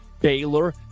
Baylor